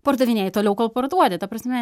pardavinėji toliau kol parduodi ta prasme